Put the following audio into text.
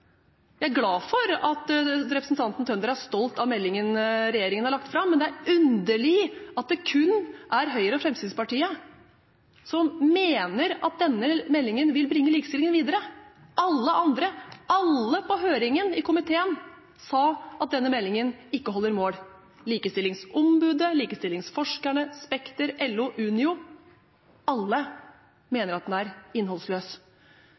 Jeg er glad for at representanten Tønder er stolt av meldingen regjeringen har lagt fram, men det er underlig at det kun er Høyre og Fremskrittspartiet som mener at denne meldingen vil bringe likestillingen videre. Alle andre, alle på høringen i komiteen, sa at denne meldingen ikke holder mål. Likestillingsombudet, likestillingsforskerne, Spekter, LO, Unio – alle mener at den er innholdsløs.